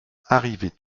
arrivés